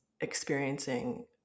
experiencing